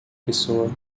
pessoa